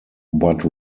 but